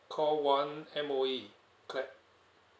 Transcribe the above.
call one M_O_E clap